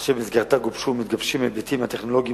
אשר במסגרתה גובשו ומתגבשים ההיבטים הטכנולוגיים,